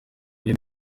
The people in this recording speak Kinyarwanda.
iyi